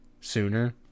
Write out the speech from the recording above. sooner